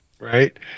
right